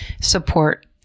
support